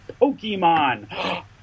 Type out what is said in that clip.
Pokemon